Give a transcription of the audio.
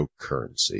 cryptocurrency